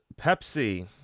Pepsi